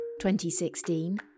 2016